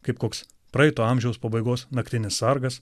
kaip koks praeito amžiaus pabaigos naktinis sargas